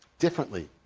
differently.